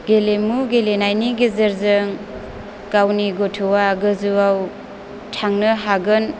गेलेमु गेलेनायनि गेजेरजों गावनि गथ'आ गोजौआव थांनो हागोन